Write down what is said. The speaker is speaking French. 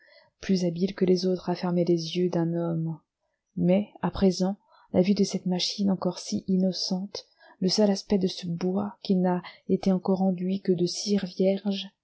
plus habile que les autres à fermer les yeux d'un homme mais à présent la vue de cette machine encore si innocente le seul aspect de ce bois qui n'a été encore enduit que de cire vierge